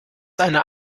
einer